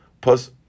plus